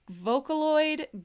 Vocaloid